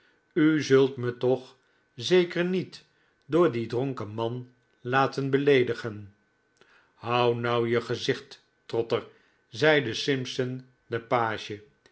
u zult me toch zeker niet door dien dronken man laten beleedigen hou nou je gezicht trotter zeide simpson de page